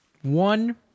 One